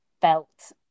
felt